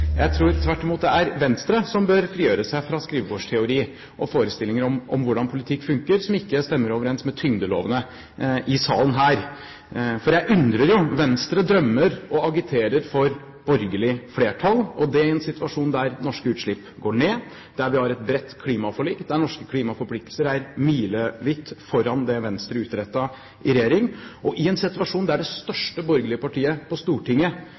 Jeg tror tvert imot det er Venstre som bør frigjøre seg fra skrivebordsteori og forestillinger om hvordan politikk funker, noe som ikke stemmer overens med tyngdelovene i salen. Jeg undrer jo: Venstre drømmer og agiterer for borgerlig flertall, og det i en situasjon der norske utslipp går ned, der vi har et bredt klimaforlik, og der norske klimaforpliktelser er milevidt foran det Venstre utrettet i regjering, og i en situasjon der det største borgerlige partiet på Stortinget